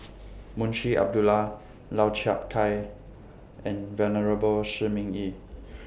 Munshi Abdullah Lau Chiap Khai and Venerable Shi Ming Yi